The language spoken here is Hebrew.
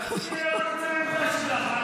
תצביעי אולי מהעמדה שלך.